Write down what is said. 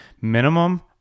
minimum